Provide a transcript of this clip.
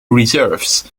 reserves